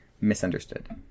Misunderstood